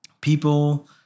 people